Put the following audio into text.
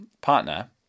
partner